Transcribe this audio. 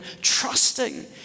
trusting